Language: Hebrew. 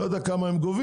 לא יודע כמה הם גובים,